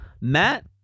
matt